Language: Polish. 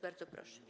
Bardzo proszę.